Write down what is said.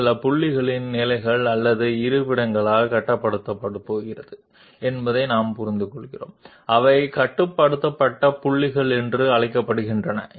గణిత అధికారిక నిర్వచనానికి వెళ్లే ముందు ఈ కర్వ్ కార్టేసియన్ స్పేస్లోని కొన్ని పాయింట్ల స్థానాలు లేదా స్థానాల ద్వారా నియంత్రించబడుతుందని మేము అర్థం చేసుకున్నాము వీటిని నియంత్రిత పాయింట్లు అంటారు